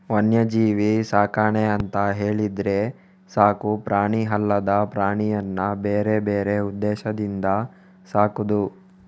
ವನ್ಯಜೀವಿ ಸಾಕಣೆ ಅಂತ ಹೇಳಿದ್ರೆ ಸಾಕು ಪ್ರಾಣಿ ಅಲ್ಲದ ಪ್ರಾಣಿಯನ್ನ ಬೇರೆ ಬೇರೆ ಉದ್ದೇಶದಿಂದ ಸಾಕುದು